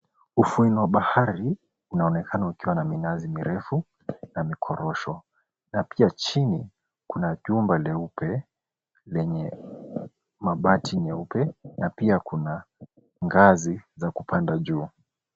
Ufuoni wa bahari unaonekana ukiwa na minazi mirefu na mikorosho na pia chini kuna jumba leupe lenye mabati nyeupe na pia kuna ngazi za kupanda juu.